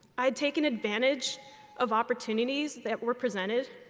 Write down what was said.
i had taken advantage of opportunities that were presented,